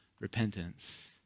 repentance